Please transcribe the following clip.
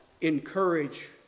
encourage